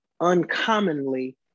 uncommonly